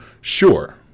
sure